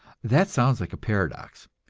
that sounds like a paradox,